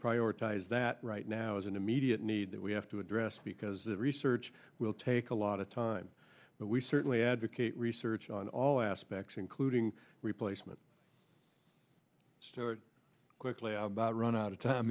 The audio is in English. prioritize that right now is an immediate need that we have to address because that research will take a lot of time but we certainly advocate research on all aspects including replacement so quickly about run out of t